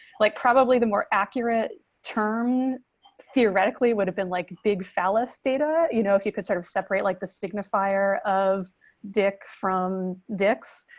like, probably the more accurate term theoretically would have been like big fellas data, you know, if you could sort of separate like the signifier of dick from dicks.